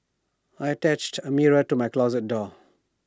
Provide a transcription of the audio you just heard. I attached A mirror to my closet door